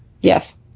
Yes